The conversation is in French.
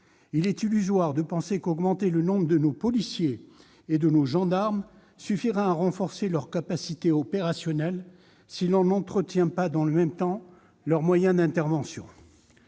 il est illusoire de penser qu'augmenter le nombre de nos policiers et de nos gendarmes suffira à renforcer leur capacité opérationnelle, si l'on n'entretient pas, dans le même temps, leurs moyens d'intervention.